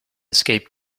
escape